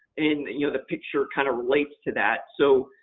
and you know the picture kind of relates to that. so,